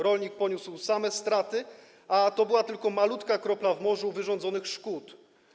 Rolnik poniósł same straty, a to była tylko malutka kropla w morzu wyrządzonych szkód.